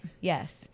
yes